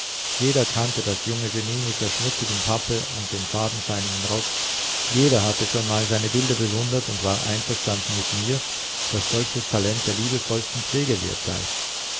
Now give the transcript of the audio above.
jeder kannte das junge genie mit der schmutzigen pappe und dem fadenscheinigen rock jeder hatte schon mal seine bilder bewundert und war einverstanden mit mir daß solches talent der liebevollsten pflege wert sei